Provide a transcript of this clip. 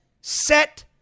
set